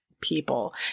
people